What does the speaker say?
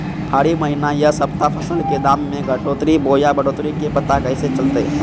हरी महीना यह सप्ताह फसल के दाम में घटोतरी बोया बढ़ोतरी के पता कैसे चलतय?